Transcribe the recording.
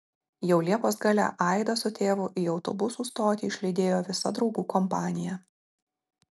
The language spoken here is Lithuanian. jau liepos gale aidą su tėvu į autobusų stotį išlydėjo visa draugų kompanija